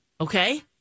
Okay